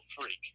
freak